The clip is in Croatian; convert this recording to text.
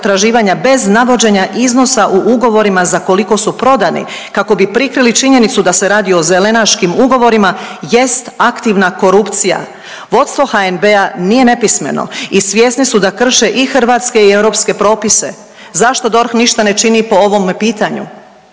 bez navođenja iznosa u ugovora za koliko su prodani kako bi prikrili činjenicu da se radi o zelenaškim ugovorima jest aktivna korupcija. Vodstvo HNB-a nije nepismeno i svjesni su da krše i hrvatske i europske propise. Zašto DORH ništa ne čini po ovome pitanju?